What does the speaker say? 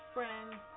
Friends